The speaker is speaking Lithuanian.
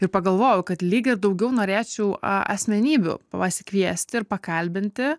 ir pagalvojau kad lyg ir daugiau norėčiau a asmenybių pasikviesti ir pakalbinti